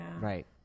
right